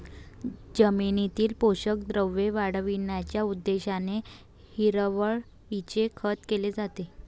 जमिनीतील पोषक द्रव्ये वाढविण्याच्या उद्देशाने हिरवळीचे खत केले जाते